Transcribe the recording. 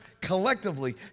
collectively